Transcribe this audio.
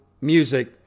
music